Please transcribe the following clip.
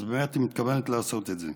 היא באמת מתכוונת לעשות את זה.